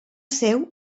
seu